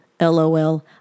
LOL